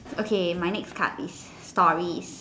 okay my next card is stories